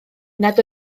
nad